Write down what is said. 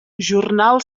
jornal